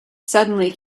suddenly